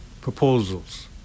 proposals